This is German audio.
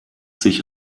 sich